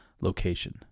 location